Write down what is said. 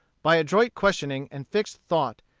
by adroit questioning and fixed thought,